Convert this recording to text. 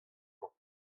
emañ